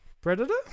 Predator